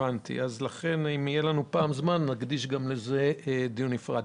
אם יהיה לנו פעם זמן נקדיש גם לזה דיון נפרד.